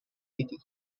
city